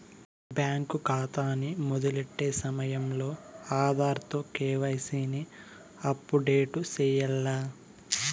bank కాతాని మొదలెట్టే సమయంలో ఆధార్ తో కేవైసీని అప్పుడేటు సెయ్యాల్ల